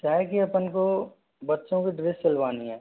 क्या है कि अपन को बच्चों की ड्रेस सिलवानी है